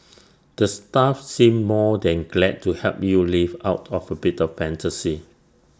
the staff seem more than glad to help you live out of A bit of fantasy